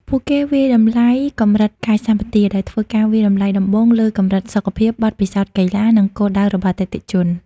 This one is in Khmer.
ពួកគេវាយតម្លៃកម្រិតកាយសម្បទា ដោយធ្វើការវាយតម្លៃដំបូងលើកម្រិតសុខភាព បទពិសោធន៍កីឡា និងគោលដៅរបស់អតិថិជន។